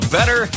Better